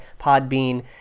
Podbean